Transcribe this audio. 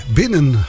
binnen